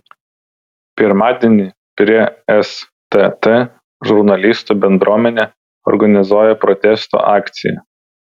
pirmadienį prie stt žurnalistų bendruomenė organizuoja protesto akciją